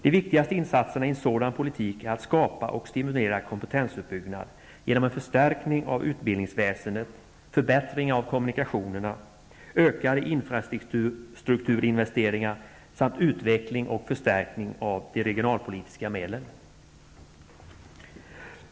De viktigaste insatserna i en sådan politik är att skapa och stimulera kompetensuppbyggnad genom en förstärkning av utbildningsväsendet, förbättring av kommunikationerna, ökade infrastrukturinvesteringar samt utveckling och förstärkning av de regionalpolitiska medlen.